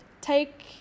take